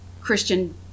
Christian